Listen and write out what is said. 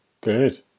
good